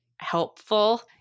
helpful